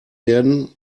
werden